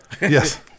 Yes